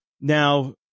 Now